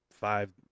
Five